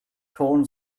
torn